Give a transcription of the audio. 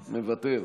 מוותר,